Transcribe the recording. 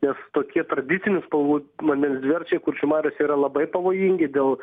nes tokie tradicinių spalvų vandens dviračiai kuršių mariose yra labai pavojingi dėl